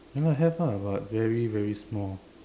ya lah have ah but very very small